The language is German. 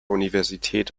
universität